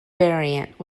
variant